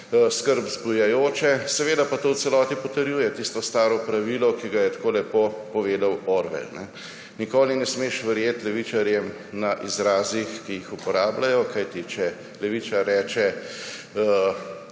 skrb zbujajoče. Seveda pa to v celoti potrjuje tisto staro pravilo, ki ga je tako lepo povedal Orwell. Nikoli ne smeš verjeti levičarjem na izrazih, ki jih uporabljajo, kajti če levičar reče